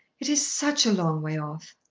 it is such a long way off!